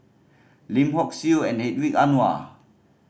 Lim Hock Siew and Ang Wei Anuar